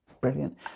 brilliant